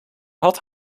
had